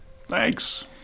Thanks